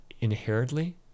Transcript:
inherently